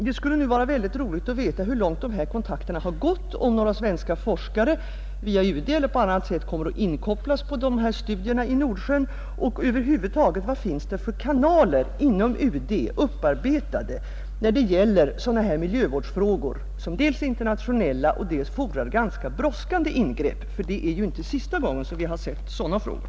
Det skulle vara mycket intressant att få veta hur långt dessa kontakter har gått och om några svenska forskare via UD eller på annat sätt kommer att inkopplas på dessa studier i Nordsjön. Jag undrar slutligen vilka kanaler som över huvud taget finns upparbetade inom UD när det gäller sådana här miljövårdsfrågor, som dels är internationella, dels fordrar ganska brådskande ingrepp — det är ju inte sista gången vi kommer att möta sådana frågor.